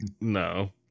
No